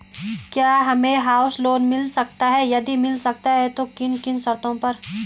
क्या हमें house loan मिल सकता है यदि मिल सकता है तो किन किन शर्तों पर?